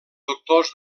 doctors